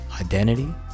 identity